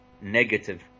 negative